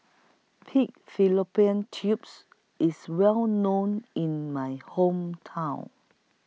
Pig Fallopian Tubes IS Well known in My Hometown